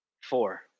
Four